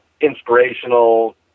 inspirational